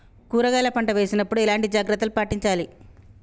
కూరగాయల పంట వేసినప్పుడు ఎలాంటి జాగ్రత్తలు పాటించాలి?